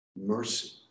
Mercy